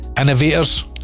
innovators